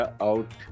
out